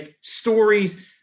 stories